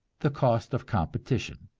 the cost of competition.